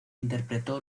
interpretó